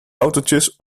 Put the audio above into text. autootjes